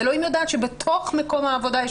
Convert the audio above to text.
אלוהים יודעת שבתוך מקום העבודה יש